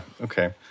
Okay